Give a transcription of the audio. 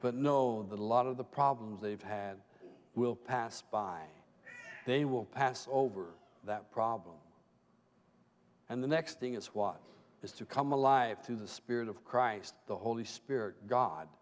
but know that a lot of the problems they've had will pass by they will pass over that problem and the next thing is what is to come alive to the spirit of christ the holy spirit god